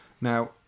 Now